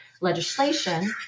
legislation